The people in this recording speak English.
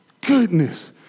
Goodness